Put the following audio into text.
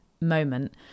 moment